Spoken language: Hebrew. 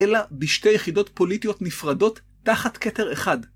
אלא בשתי יחידות פוליטיות נפרדות, תחת כתר אחד.